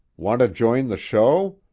want to join the show?